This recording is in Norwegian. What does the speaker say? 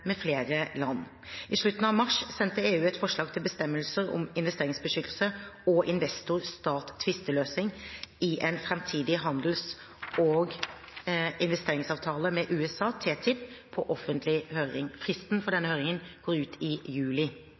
med flere land. I slutten av mars sendte EU et forslag til bestemmelser om investeringsbeskyttelse og investor-stat-tvisteløsning i en framtidig handels- og investeringsavtale med USA, TTIP, på offentlig høring. Fristen for denne høringen går ut i juli.